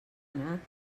anat